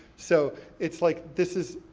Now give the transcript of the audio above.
so it's like, this is,